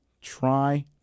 Try